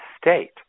state